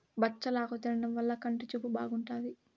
బచ్చలాకు తినడం వల్ల కంటి చూపు బాగుంటాది